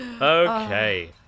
Okay